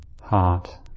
heart